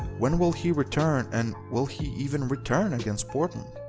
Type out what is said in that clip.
when will he return and will he even return against portland?